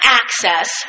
access